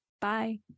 Bye